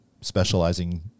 specializing